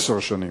עשר שנים.